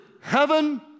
heaven